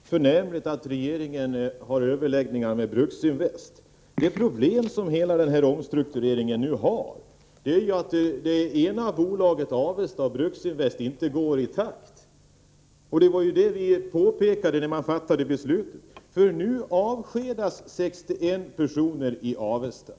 Herr talman! Det är ju förnämligt att regeringen har överläggningar med Bruksinvest, men problemet med hela denna omstrukturering är att ett av bolagen, Avesta, och Bruksinvest inte går i takt. Det var just detta vi påpekade när beslutet fattades. Nu avskedas 61 personer i Avesta.